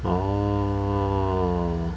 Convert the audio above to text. orh